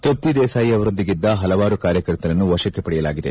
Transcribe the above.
ತೃಪ್ತಿ ದೇಸಾಯಿ ಅವರೊಂದಿಗಿದ್ದ ಹಲವಾರು ಕಾರ್ಯಕರ್ತರನ್ನು ವಶಕ್ಕೆ ಪಡೆಯಲಾಗಿದೆ